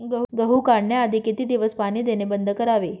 गहू काढण्याआधी किती दिवस पाणी देणे बंद करावे?